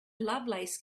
lovelace